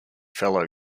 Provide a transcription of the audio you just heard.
fellow